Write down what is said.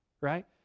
right